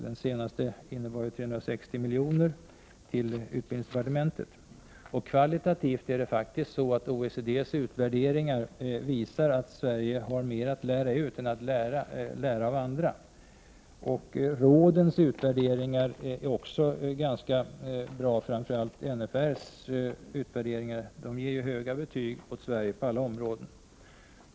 Den senaste propositionen innebar 360 miljoner till utbildningsdepartementet. OECD:s utvärderingar visar också att Sverige har mer att lära ut, kvalitativt, än att lära av andra. Forskningsrådens utvärderingar är också ganska bra, framförallt NFR:s utvärderingar. De ger höga betyg åt Sverige på alla områden.